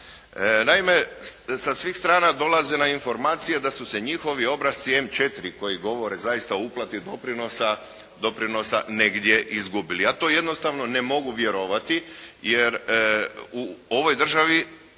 Naime, sa svih strana dolaze nam informacije da su se njihovi obrasci M4 koji govore doista o uplati doprinosa negdje izgubili. Ja to jednostavno ne mogu vjerovati jer u ovoj državi